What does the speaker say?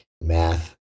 math